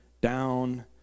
down